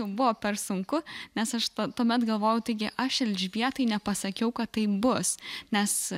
jau buvo per sunku nes aš tuomet galvojau taigi aš elžbietai nepasakiau kad taip bus nes